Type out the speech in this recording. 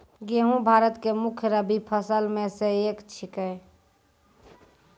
गेहूँ भारत के मुख्य रब्बी फसल मॅ स एक छेकै